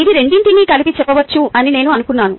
ఇవి రెండింటినీ కలిపి చెప్పవచ్చు అని నేను అనుకున్నాను